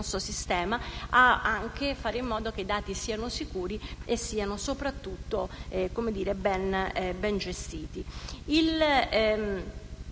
del nostro sistema, a fare in modo che i dati siano sicuri e siano soprattutto ben gestiti.